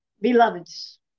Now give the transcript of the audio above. Beloveds